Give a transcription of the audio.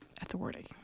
authority